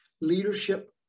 Leadership